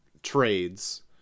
trades